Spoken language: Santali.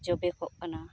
ᱡᱚᱵᱮ ᱠᱚᱜ ᱠᱟᱱᱟ